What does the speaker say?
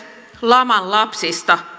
laman lapsista